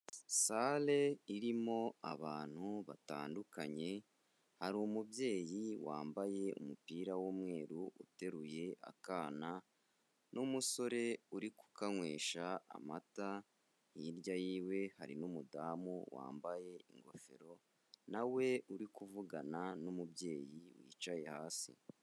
Sale irimo abantu batandukanye, hari umubyeyi wambaye umupira w'umweru uteruye akana n'umusore uri kukanywesha amata, hirya yiwe hari n'umudamu wambaye ingofero na we uri kuvugana n'umubyeyi wicaye hasi.